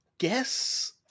guess